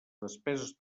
despeses